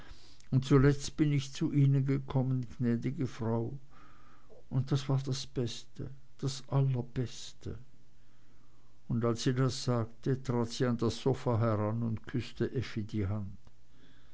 und zuletzt bin ich zu ihnen gekommen gnädigste frau und das war das beste das allerbeste und als sie das sagte trat sie an das sofa heran und küßte effi die hand